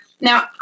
Now